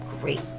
great